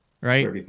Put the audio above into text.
right